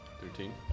Thirteen